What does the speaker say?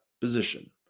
position